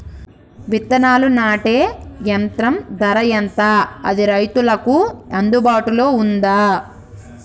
విత్తనాలు నాటే యంత్రం ధర ఎంత అది రైతులకు అందుబాటులో ఉందా?